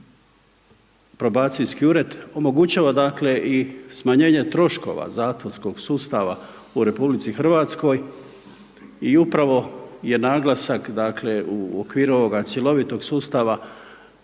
Probacijski ured omogućava dakle i smanjenje troškova zatvorskog sustava u RH i upravo je naglasak dakle u okviru ovog cjelovitog sustava